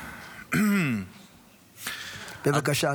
בבקשה.